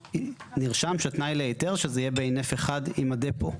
נרשם שתנאי להיתר שזה יהיה בהינף אחד עם הדפו?